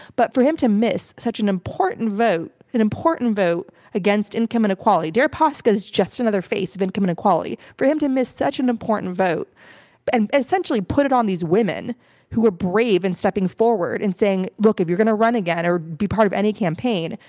but for him to miss such an important vote, an important vote against income inequality deripaska is just another face of income inequality. for him to miss such an important vote and essentially put it on these women who are brave in stepping forward and saying, look, if you're going to run again or be part of any campaign,